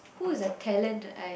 who is a talent I